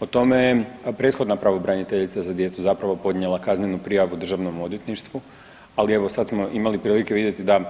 O tome je prethodna pravobraniteljica za djecu zapravo podnijela kaznenu prijavu državnom odvjetništvu, ali evo sad smo imali prilike vidjeti da